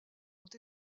ont